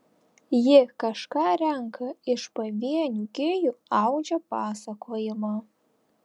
ji kažką renka iš pavienių gijų audžia pasakojimą